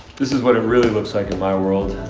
this is what it really looks like in my world.